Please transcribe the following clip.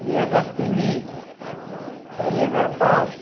দুহেজাৰ তিনি চাৰি হেজাৰ পাঁচ